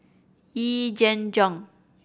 Yee Jenn Jong